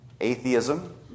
atheism